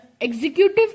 executive